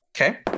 Okay